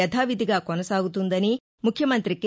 యథావిధిగా కొనసాగుతుందని ముఖ్యమంతి కె